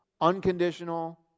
Unconditional